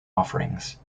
offerings